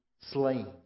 slain